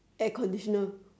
air conditioner